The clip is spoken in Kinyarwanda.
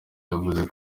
yavuze